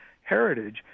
heritage